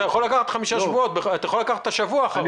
אתה יכול לקחת את השבוע האחרון.